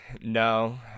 No